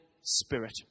Spirit